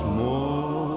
more